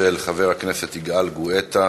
מס' 3678, של חבר הכנסת יגאל גואטה.